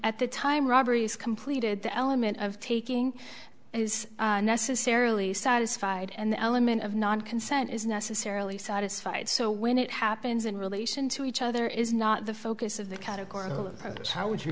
at the time robbery is completed the element of taking is necessarily satisfied and the element of non consent is necessarily satisfied so when it happens in relation to each other is not the focus of the